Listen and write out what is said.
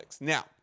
Now